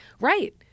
right